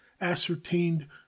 ascertained